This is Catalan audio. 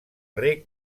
reg